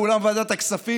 באולם ועדת הכספים,